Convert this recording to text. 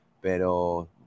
Pero